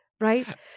right